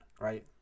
right